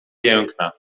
piękna